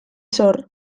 zor